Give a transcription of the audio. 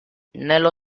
nello